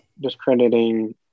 discrediting